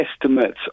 estimates